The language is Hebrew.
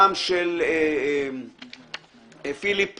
גם של פיליפ מוריס.